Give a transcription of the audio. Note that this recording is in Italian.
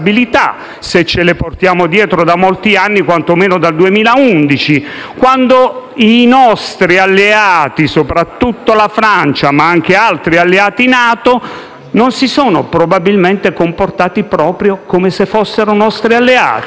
se ce le portiamo dietro da molti anni, quantomeno dal 2011, quando i nostri alleati, soprattutto la Francia ma anche altri alleati NATO, probabilmente non si sono comportati proprio come se fossero nostri alleati